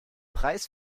preis